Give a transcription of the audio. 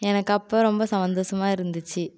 எனக்கு அப்போ ரொம்ப சந்தோஷமாக இருந்துச்சு